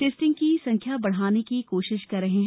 testing की संख्या बढ़ाने की कोशिश कर रहे हैं